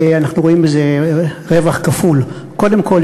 אנחנו רואים בזה רווח כפול: קודם כול,